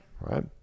Right